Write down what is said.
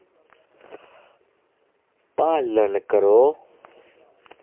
पालन करो